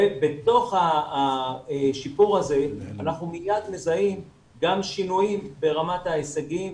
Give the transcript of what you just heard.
בתוך השיפור הזה אנחנו מייד מזהים גם שינויים ברמת ההישגים,